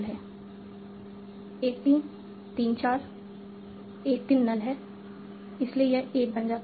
1 3 3 4 1 3 null है इसलिए यह 1 बन जाता है